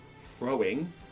throwing